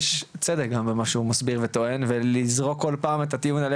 יש צדק במה שהוא מסביר וטוען.